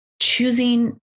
choosing